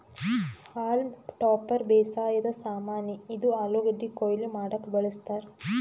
haulm topper ಬೇಸಾಯದ್ ಸಾಮಾನಿ, ಇದು ಆಲೂಗಡ್ಡಿ ಕೊಯ್ಲಿ ಮಾಡಕ್ಕ್ ಬಳಸ್ತಾರ್